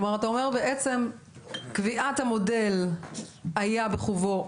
זאת אומרת, אתה אומר בעצם שקביעת המודל היה בחובו